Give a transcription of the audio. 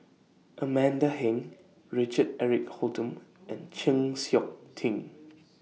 Amanda Heng Richard Eric Holttum and Chng Seok Tin